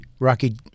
Rocky